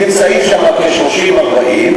נמצאים שם 30 40,